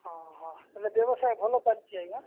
ହଁ ହଁ ହେଲେ ବ୍ୟବସାୟ ଭଲ ଆଜ୍ଞା